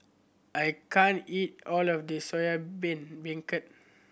I can't eat all of this Soya Beancurd